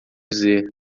dizer